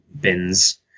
bins